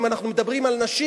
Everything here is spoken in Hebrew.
אם אנחנו מדברים על נשים,